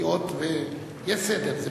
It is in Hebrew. יש סדר.